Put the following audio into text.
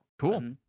cool